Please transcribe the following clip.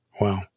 Wow